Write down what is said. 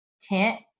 tent